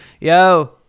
Yo